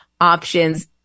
options